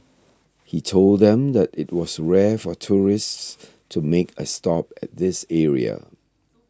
he told them that it was rare for tourists to make a stop at this area